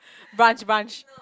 brunch brunch